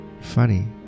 Funny